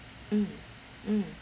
mm mm